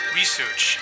research